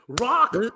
Rock